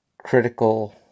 critical